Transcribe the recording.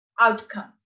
outcomes